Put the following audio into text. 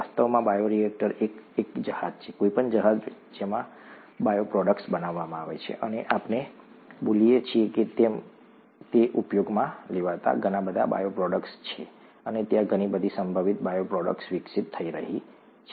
વાસ્તવમાં બાયોરિએક્ટર એ એક જહાજ છે કોઈપણ જહાજ જેમાં બાયોપ્રોડક્ટ્સ બનાવવામાં આવે છે અને આપણે બોલીએ છીએ તેમ ઉપયોગમાં લેવાતા ઘણા બાયોપ્રોડક્ટ્સ છે અને ત્યાં ઘણી વધુ સંભવિત બાયોપ્રોડક્ટ્સ વિકસિત થઈ રહી છે